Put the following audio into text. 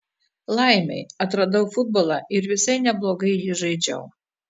laimei atradau futbolą ir visai neblogai jį žaidžiau